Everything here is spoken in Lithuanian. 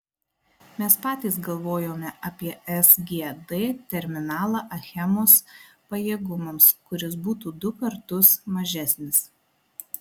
mes patys galvojome apie sgd terminalą achemos pajėgumams kuris būtų du kartus mažesnis